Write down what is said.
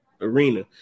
arena